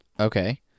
Okay